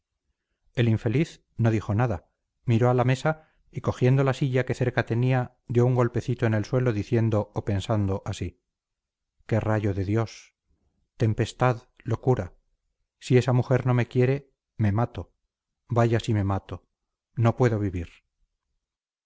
el infeliz no dijo nada miró a la mesa y cogiendo la silla que cerca tenía dio un golpecito en el suelo diciendo o pensando así qué rayo de dios tempestad locura si esta mujer no me quiere me mato vaya si me mato no puedo vivir